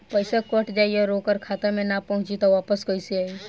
पईसा कट जाई और ओकर खाता मे ना पहुंची त वापस कैसे आई?